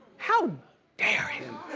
how dare him?